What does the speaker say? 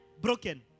broken